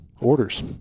orders